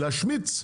להשמיץ.